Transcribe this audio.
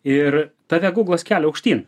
ir tave guglas kelia aukštyn